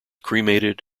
cremated